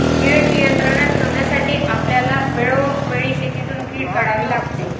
कीड नियंत्रणात ठेवण्यासाठी आपल्याला वेळोवेळी शेतातून कीड काढावी लागते